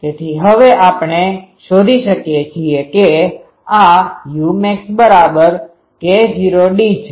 તેથી હવે આપણે શોધી શકીએ છીએ કે આ umax k0d છે